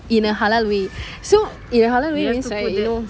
in a halal way so in a halal way means right you know